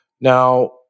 Now